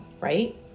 right